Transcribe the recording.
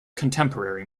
contemporary